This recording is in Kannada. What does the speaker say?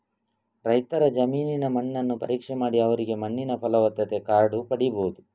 ರೈತರ ಜಮೀನಿನ ಮಣ್ಣನ್ನು ಪರೀಕ್ಷೆ ಮಾಡಿ ಅವರಿಗೆ ಮಣ್ಣಿನ ಫಲವತ್ತತೆ ಕಾರ್ಡು ಪಡೀಬಹುದು